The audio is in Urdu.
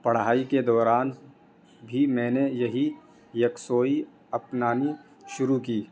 پڑھائی کے دوران بھی میں نے یہی یکسوئی اپنانی شروع کی